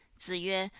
zi yue,